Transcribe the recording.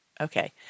Okay